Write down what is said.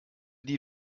die